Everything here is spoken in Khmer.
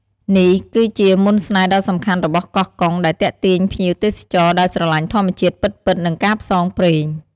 នេះគឺជាមន្តស្នេហ៍ដ៏សំខាន់របស់កោះកុង ដែលទាក់ទាញភ្ញៀវទេសចរដែលស្រលាញ់ធម្មជាតិពិតៗ និងការផ្សងព្រេង។